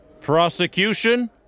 Prosecution